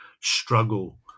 struggle